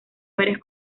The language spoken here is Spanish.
varias